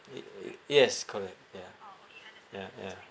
y~ y~ yes correct ya ya ya